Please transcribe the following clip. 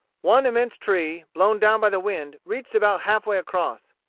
one immense tree, blown down by the wind, reached about halfway across.